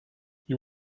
you